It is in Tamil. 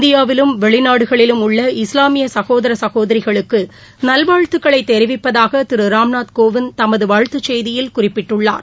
இந்தியாவிலும் வெளிநாடுகளிலும் உள்ள இஸ்லாமிய சகோதர சகோதரிகளுக்கு நல்வாழ்த்துக்களைத் தெரிவிப்பதாக திரு ராம்நாத் கோவிந்த் தமது வாழ்த்துச் செய்தியில் குறிப்பிட்டுள்ளார்